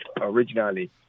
originally